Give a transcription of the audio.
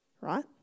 right